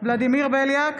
ולדימיר בליאק,